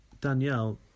Danielle